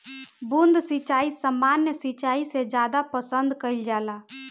बूंद सिंचाई सामान्य सिंचाई से ज्यादा पसंद कईल जाला